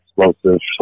explosives